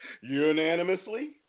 unanimously